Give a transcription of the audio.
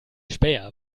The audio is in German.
späher